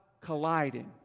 colliding